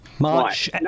March